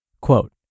Quote